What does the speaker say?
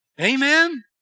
Amen